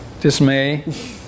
Dismay